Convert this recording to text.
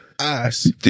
ass